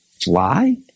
fly